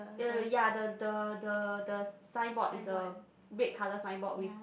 uh yea the the the the signboard is a red color signboard with